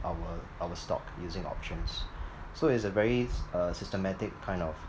our our stock using options so it's a very uh systematic kind of